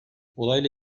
olayla